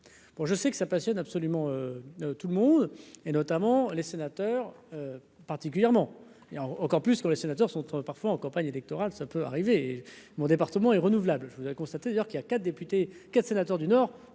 je sais que ça passionne absolument tout le monde et notamment les sénateurs particulièrement, il a encore plus que les sénateurs sont parfois en campagne électorale, ça peut arriver mon département et renouvelable je voudrais constater d'ailleurs qu'il y a quatre députés, 4 sénateurs du Nord